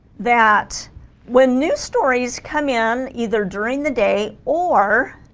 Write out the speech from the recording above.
that when new stories come in either during the day or